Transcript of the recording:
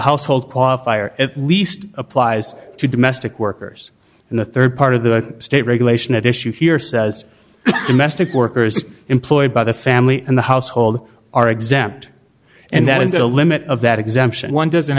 household qualifier at least applies to domestic workers in the rd part of the state regulation at issue here says investing workers employed by the family and the household are exempt and that is the limit of that exemption one doesn't